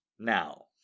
Now